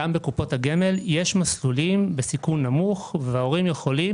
גם בקופות הגמל יש מסלולים בסיכון נמוך וההורים יכולים